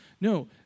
No